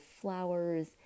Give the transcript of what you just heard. flowers